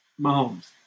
Mahomes